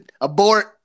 Abort